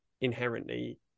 inherently